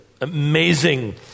amazing